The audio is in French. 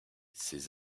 ses